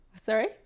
sorry